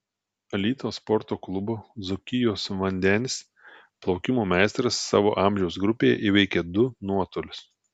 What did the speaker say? alytaus sporto klubo dzūkijos vandenis plaukimo meistras savo amžiaus grupėje įveikė du nuotolius